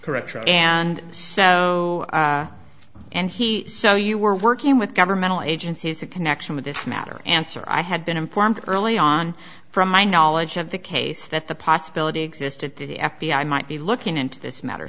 correct and so and he so you were working with governmental agencies to connection with this matter answer i had been informed early on from my knowledge of the case that the possibility existed to the f b i might be looking into this matter